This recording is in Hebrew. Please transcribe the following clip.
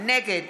נגד